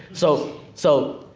so, so,